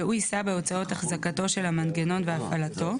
והוא יישא בהוצאות החזקתו של המנגנון והפעלתו,